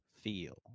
feel